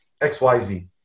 XYZ